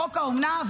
חוק האומנה,